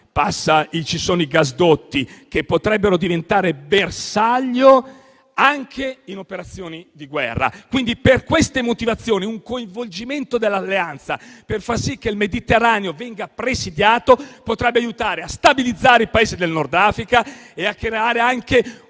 ci sono i gasdotti che potrebbero diventare bersaglio in operazioni di guerra. Quindi, per queste motivazioni, un coinvolgimento dell'Alleanza, per far sì che il Mediterraneo venga presidiato, potrebbe aiutare a stabilizzare i Paesi del Nord Africa e a creare anche un